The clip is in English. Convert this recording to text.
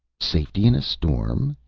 safety in a storm?